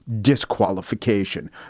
disqualification